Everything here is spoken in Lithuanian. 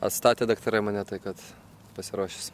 atstatė daktarai mane tai kad pasiruošęs